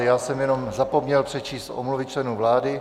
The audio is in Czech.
Já jsem jenom zapomněl přečíst omluvy členů vlády.